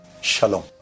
Shalom